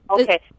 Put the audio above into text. Okay